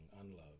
unloved